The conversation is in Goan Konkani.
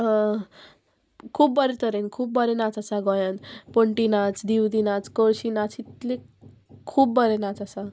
खूब बरे तरेन खूब बरें नाच आसा गोंयान पण्टी नाच दिवली नाच कळशी नाच इतले खूब बरें नाच आसा